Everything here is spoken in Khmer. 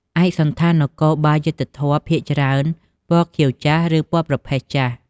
ឯកសណ្ឋាននគរបាលយុត្តិធម៌ភាគច្រើនពណ៌ខៀវចាស់ ឬពណ៌ប្រផេះចាស់។